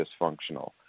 dysfunctional